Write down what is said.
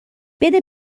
بده